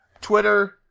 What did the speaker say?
Twitter